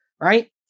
Right